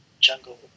jungle